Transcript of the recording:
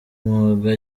mwuga